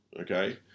Okay